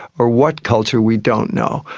or what culture we don't know.